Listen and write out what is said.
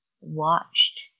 watched